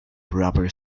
rubber